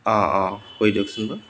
অঁ অঁ কৰি দিয়কচোন বাৰু